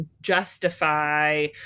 justify